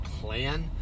plan